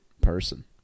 person